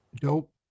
Dope